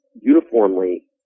uniformly